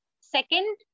Second